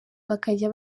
bakajya